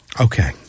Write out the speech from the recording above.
Okay